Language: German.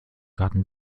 raten